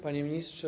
Panie Ministrze!